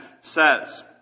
says